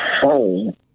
home